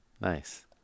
Nice